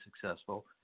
successful